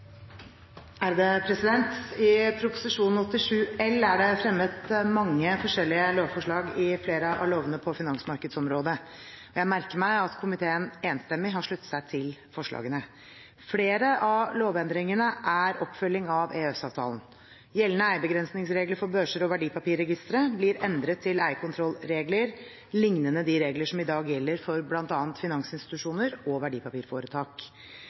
det fremmet mange forskjellige lovforslag i flere av lovene på finansmarkedsområdet. Jeg merker meg at komiteen enstemmig har sluttet seg til forslagene. Flere av lovendringene er oppfølging av EØS-avtalen. Gjeldende eierbegrensningsregler for børser og verdipapirregistre blir endret til eierkontrollregler, lignende de reglene som i dag gjelder for bl.a. finansinstitusjoner og verdipapirforetak.